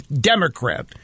Democrat